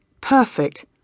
perfect